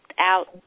out